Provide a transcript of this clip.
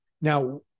Now